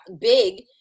big